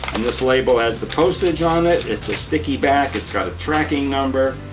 and this label has the postage on it. it's a sticky back. it's got a tracking number,